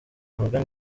morgan